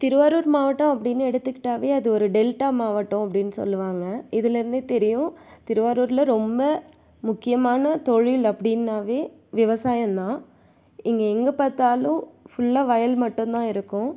திருவாரூர் மாவட்டம் அப்படினு எடுத்துக்கிட்டாவே அது ஒரு டெல்டா மாவட்டம் அப்படினு சொல்லுவாங்க இதுலர்ந்தே தெரியும் திருவாரூரில் ரொம்ப முக்கியமான தொழில் அப்படினாவே விவசாயம்தான் இங்கே எங்கே பார்த்தாலும் ஃபுல்லாக வயல் மட்டும்தான் இருக்கும்